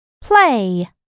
Play